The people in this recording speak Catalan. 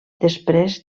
després